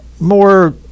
more